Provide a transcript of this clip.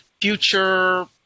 future